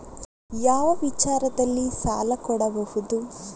ಯಾವ ವಿಚಾರದಲ್ಲಿ ಸಾಲ ಕೊಡಬಹುದು?